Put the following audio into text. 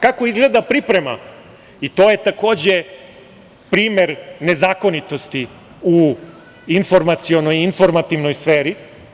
Kako izgleda priprema, to je takođe primer nezakonitosti u informacionoj i informativnoj sferi.